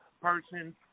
person